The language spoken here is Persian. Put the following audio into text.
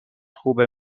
خوبه